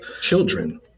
children